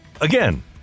Again